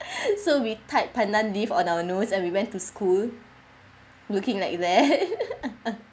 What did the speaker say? so we tied pandan leaf on our nose and we went to school looking like that